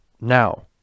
now